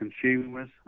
consumers